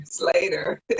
later